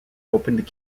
opened